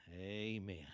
Amen